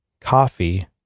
coffee